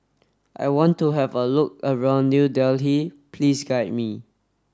I want to have a look around New Delhi Please guide me